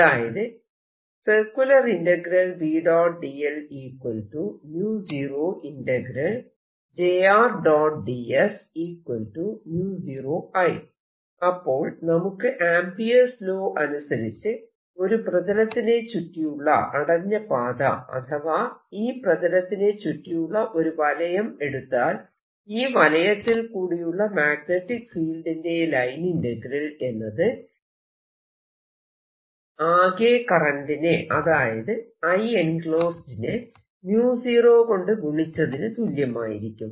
അതായത് അപ്പോൾ നമുക്ക് ആംപിയേർസ് ലോ അനുസരിച്ച് ഒരു പ്രതലത്തിനെ ചുറ്റിയുള്ള അടഞ്ഞ പാത അഥവാ ഈ പ്രതലത്തിനെ ചുറ്റിയുള്ള ഒരു വലയം എടുത്താൽ ഈ വലയത്തിൽ കൂടിയുള്ള മാഗ്നെറ്റിക് ഫീൽഡിന്റെ ലൈൻ ഇന്റഗ്രൽ എന്നത് ഈ വലയത്താൽ ചുറ്റപ്പെട്ടിരിക്കുന്ന പ്രതലത്തിൽ കൂടിയുള്ള ആകെ കറന്റിനെ അതായത് Ienclosed നെ 0 കൊണ്ട് ഗുണിച്ചതിനു തുല്യമായിരിക്കും